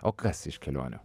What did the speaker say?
o kas iš kelionių